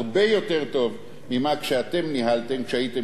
הרבה יותר טוב ממה שאתם ניהלתם כשהייתם